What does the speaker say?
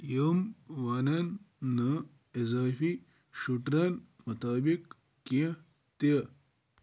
یِم ونَن نہٕ اضٲفی شوٗٹرَن مُطٲبِق کینٛہہ تہِ